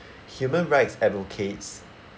human rights advocates